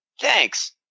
Thanks